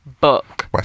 book